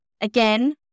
again